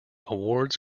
awards